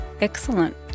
Excellent